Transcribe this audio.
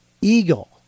eagle